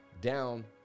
down